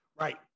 Right